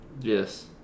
Yes